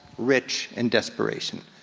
rich, and desperation.